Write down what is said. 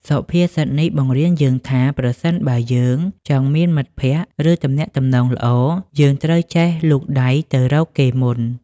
សុភាសិតនេះបង្រៀនយើងថា ប្រសិនបើយើងចង់មានមិត្តភក្តិ ឬទំនាក់ទំនងល្អ យើងត្រូវចេះលូកដៃទៅរកគេមុន។